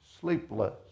sleepless